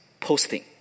posting